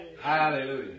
Hallelujah